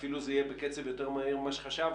ואפילו זה יהיה בקצב יותר מהיר ממה שחשבנו,